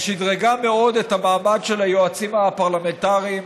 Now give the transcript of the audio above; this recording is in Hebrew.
ששדרגה מאוד את המעמד של היועצים הפרלמנטריים,